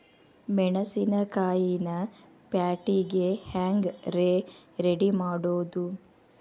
ಮೆಣಸಿನಕಾಯಿನ ಪ್ಯಾಟಿಗೆ ಹ್ಯಾಂಗ್ ರೇ ರೆಡಿಮಾಡೋದು?